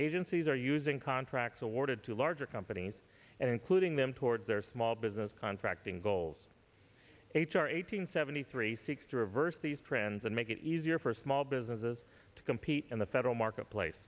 agencies are using contracts awarded to larger companies and including them toward their small business contracting goals h r eight hundred seventy three seeks to reverse these trends and make it easier for small businesses to go in the federal marketplace